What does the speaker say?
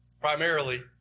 primarily